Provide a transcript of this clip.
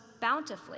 bountifully